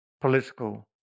political